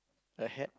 the hat